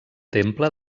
temple